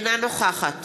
אינה נוכחת